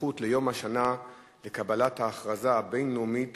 בסמיכות ליום השנה לקבלת ההכרזה הבין-לאומית